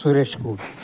Suresh Gopi